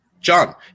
John